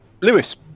Lewis